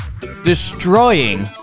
destroying